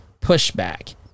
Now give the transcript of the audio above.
pushback